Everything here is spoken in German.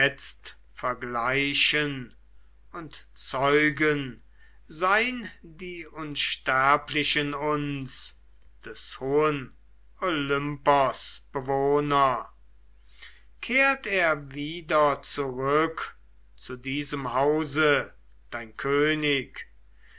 vergleichen und zeugen sei'n die unsterblichen uns des hohen olympos bewohner kehrt er wieder zurück zu diesem hause dein könig